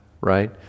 Right